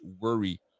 worry